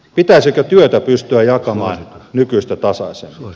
pitäisikö työtä pystyä jakamaan nykyistä tasaisemmin